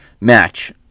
match